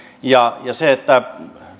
se että